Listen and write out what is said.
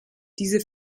diese